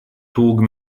tog